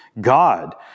God